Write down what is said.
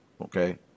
Okay